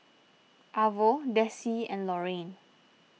Arvo Dessie and Loraine